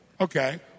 Okay